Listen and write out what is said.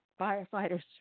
firefighters